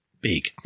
big